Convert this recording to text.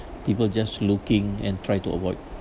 people just looking and try to avoid